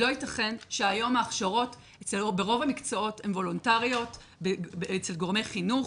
לא ייתכן שהיום ההכשרות ברוב המקצועות הן וולונטריות אצל גורמי חינוך,